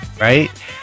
right